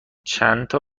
چندتا